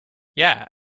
yeah